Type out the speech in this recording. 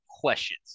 questions